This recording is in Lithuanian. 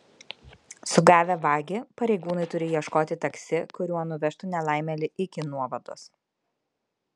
sugavę vagį pareigūnai turi ieškoti taksi kuriuo nuvežtų nelaimėlį iki nuovados